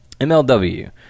mlw